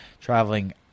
traveling